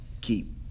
keep